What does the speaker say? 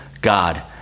god